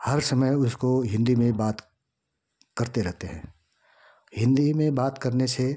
हर समय उसको हिन्दी में बात करते रहते हैं हिन्दी में बात करने से